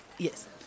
Yes